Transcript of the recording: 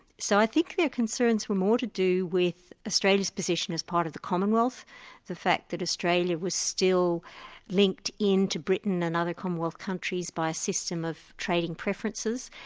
so i think their concerns were more to do with australia's position as part of the commonwealth the fact that australia was still linked into britain and other commonwealth countries by a system of trading preferences,